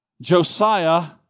Josiah